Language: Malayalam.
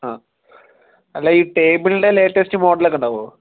ആ അല്ല ഈ ടേബിളിന്റെ ലേറ്റസ്റ്റ് മോഡൽ ഒക്കെ ഉണ്ടാവുമോ